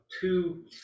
two